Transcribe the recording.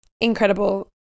incredible